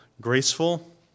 graceful